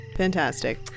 fantastic